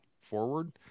forward